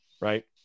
right